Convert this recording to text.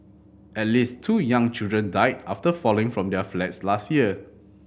at least two young children died after falling from their flats last year